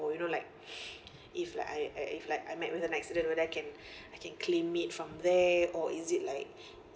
you know like if like I I if like I met with an accident whether I can I can claim it from there or is it like